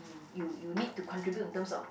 you you need to contribute in terms of